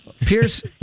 Pierce